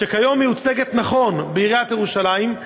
שכיום מיוצגת נכון בעיריית ירושלים,